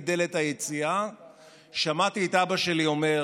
דלת היציאה שמעתי את אבא שלי אומר: